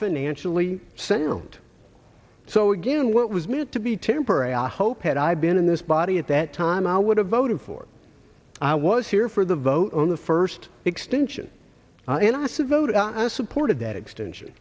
financially center and so again what was meant to be temporary i hope had i been in this body at that time i would have voted for i was here for the vote on the first extension an os a vote i supported that extension